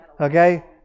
Okay